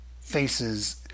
faces